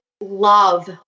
love